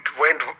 went